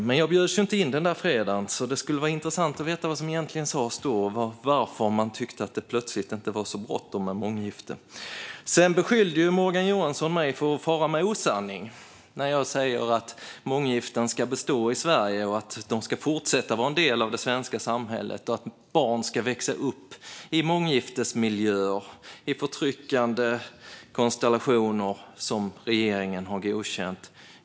Men jag bjöds ju inte in den där fredagen, och det skulle vara intressant att veta vad som egentligen sas då och varför man plötsligt tyckte att det inte var så bråttom med månggifte. Morgan Johansson beskyllde mig för att fara med osanning när jag sa att månggiften ska bestå i Sverige, det vill säga fortsätta vara en del av det svenska samhället, och att barn ska växa upp i månggiftesmiljöer - i förtryckande konstellationer som regeringen har godkänt.